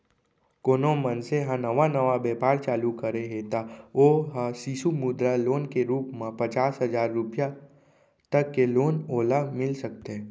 कोनो मनसे ह नवा नवा बेपार चालू करे हे त ओ ह सिसु मुद्रा लोन के रुप म पचास हजार रुपया तक के लोन ओला मिल सकथे